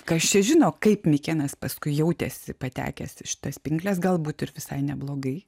kas čia žino kaip mikėnas paskui jautėsi patekęs į šitas pinkles galbūt ir visai neblogai